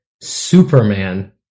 Superman